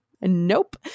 Nope